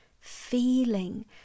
feeling